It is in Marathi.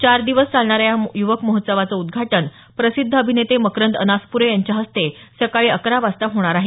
चार दिवस चालणाऱ्या या युवक महोत्सवाचं उद्घाटन प्रसिध्द अभिनेते मकरंद अनासप्रे यांच्या हस्ते सकाळी अकरा वाजता होणार आहे